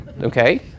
Okay